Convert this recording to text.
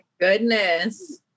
goodness